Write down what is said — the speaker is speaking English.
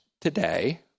Today